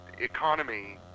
economy